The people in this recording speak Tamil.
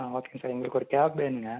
சரி ஓகேங்க சார் எங்களுக்கு ஒரு கேப் வேணுங்க